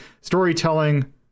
storytelling